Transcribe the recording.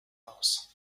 aus